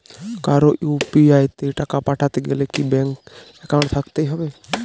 কারো ইউ.পি.আই তে টাকা পাঠাতে গেলে কি ব্যাংক একাউন্ট থাকতেই হবে?